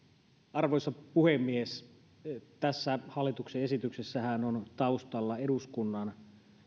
arvoisa puhemies tässä hallituksen esityksessähän on taustalla eduskunnan